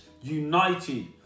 United